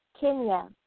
Kenya